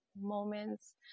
moments